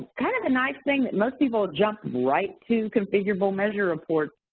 kind of a nice thing that most people jump right to, configurable measure reports,